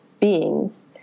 beings